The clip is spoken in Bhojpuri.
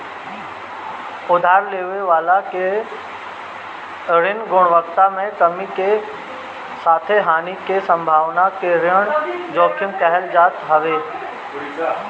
उधार लेवे वाला के ऋण गुणवत्ता में कमी के साथे हानि के संभावना के ऋण जोखिम कहल जात हवे